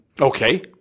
Okay